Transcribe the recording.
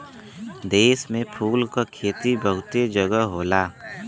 देश में फूल के खेती बहुते जगह होला